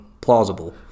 plausible